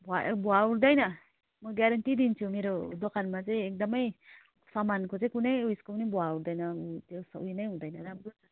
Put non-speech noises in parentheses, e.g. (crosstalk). भुवा उठ्दैन म ग्यारेन्टी दिन्छु मेरो दोकानमा चाहिँ एकदम सामानको चाहिँ कुनै उयसको नि भुवा उठ्दैन जे होस् उयो नै हुँदैन (unintelligible)